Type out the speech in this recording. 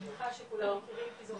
אני מניחה שכולם מכירים כי זו